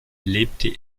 lebte